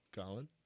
Colin